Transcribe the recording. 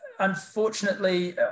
unfortunately